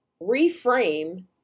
reframe